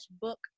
book